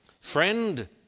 Friend